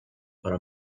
però